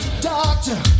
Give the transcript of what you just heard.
Doctor